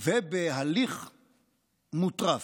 ובהליך מוטרף.